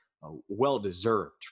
well-deserved